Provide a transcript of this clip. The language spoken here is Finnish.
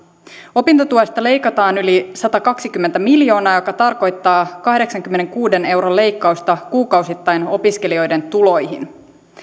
opintotuesta leikataan yli satakaksikymmentä miljoonaa joka tarkoittaa kahdeksankymmenenkuuden euron leikkausta kuukausittain opiskelijoiden tuloihin